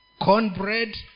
Cornbread